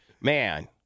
Man